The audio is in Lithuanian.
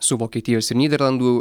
su vokietijos ir nyderlandų